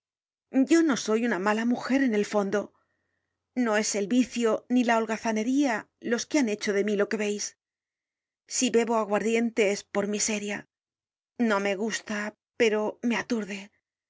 yo no soy una mala mujer en el fondo no es el vicio ni la holgazanería los que han hecho de mí lo que veis si bebo aguardiente es por miseria no me gusta pero me aturde cuando yo